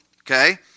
okay